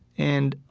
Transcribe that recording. and